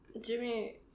Jimmy